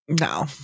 No